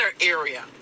area